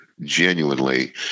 genuinely